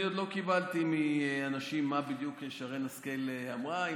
אני עוד לא קיבלתי מאנשים מה בדיוק שרן השכל אמרה.